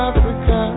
Africa